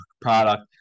product